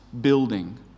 building